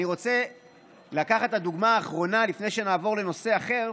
אני רוצה לקחת דוגמה אחרונה לפני שנעבור לנושא אחר,